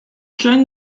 join